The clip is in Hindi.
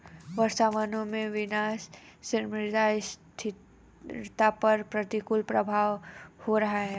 वर्षावनों के विनाश से मृदा स्थिरता पर प्रतिकूल प्रभाव हो रहा है